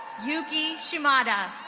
yuki shimada.